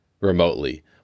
remotely